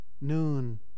noon